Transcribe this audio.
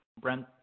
Brent